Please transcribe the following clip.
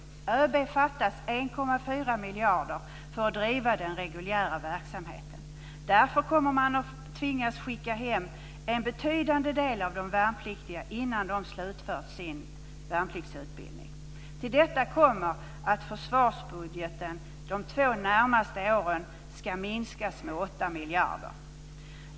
Enligt ÖB fattas 1,4 miljarder för att driva den reguljära verksamheten. Därför kommer man att tvingas skicka hem en betydande del av de värnpliktiga innan de slutfört sin värnpliktsutbildning. Till detta kommer att försvarsbudgeten de två närmaste åren ska minskas med 8 miljarder.